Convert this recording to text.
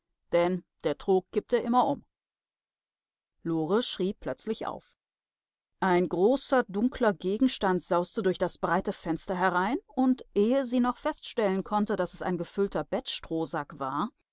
denn der trog kippte immer um lore schrie plötzlich auf ein großer dunkler gegenstand sauste durch das breite fenster herein und ehe sie noch feststellen konnte daß es ein gefüllter bettstrohsack war